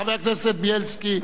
חבר הכנסת בילסקי.